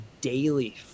daily